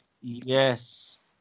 Yes